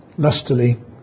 lustily